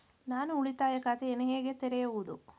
ನಾನು ಉಳಿತಾಯ ಖಾತೆಯನ್ನು ಹೇಗೆ ತೆರೆಯುವುದು?